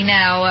now